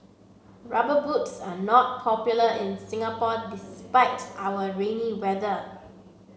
rubber boots are not popular in Singapore despite our rainy weather